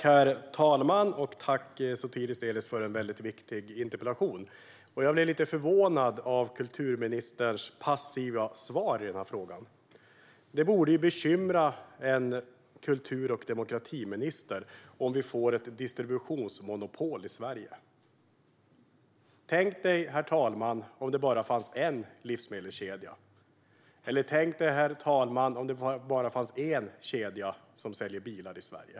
Herr talman! Tack, Sotiris Delis, för en viktig interpellation! Jag blir lite förvånad över kulturministerns passiva svar i den här frågan. Det borde bekymra en kultur och demokratiminister om vi får ett distributionsmonopol i Sverige. Tänk, herr talman, om det bara fanns en livsmedelskedja! Tänk, herr talman, om det bara fanns en kedja som säljer bilar i Sverige!